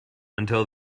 until